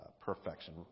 Perfection